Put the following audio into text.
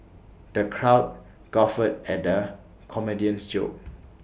the crowd guffawed at the comedian's jokes